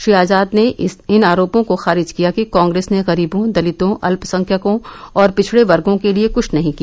श्री आजाद ने इन आरोपों को खारिज किया कि कांग्रेस ने गरीबों दलितों अल्पसंख्यकों और पिछड़े वर्गों के लिए कुछ नहीं किया